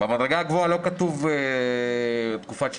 במדרגה הגבוהה לא כתוב תקופת שירות.